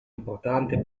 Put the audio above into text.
importante